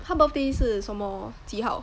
他 birthday 是什么几号